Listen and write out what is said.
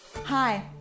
Hi